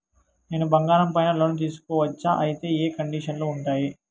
నేను బంగారం పైన లోను తీసుకోవచ్చా? అయితే ఏ కండిషన్లు ఉంటాయి?